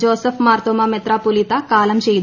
Joseph Marthoma മെത്രാപൊലീത്ത കാലം ചെയ്തു